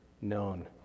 known